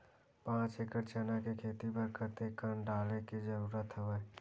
पांच एकड़ चना के खेती बर कते कन डाले के जरूरत हवय?